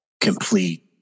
complete